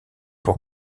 pour